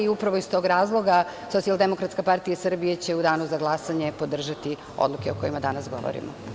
Upravo iz tog razloga Socijaldemokratska partija Srbije će u danu za glasanje podržati odluke o kojima danas govorimo.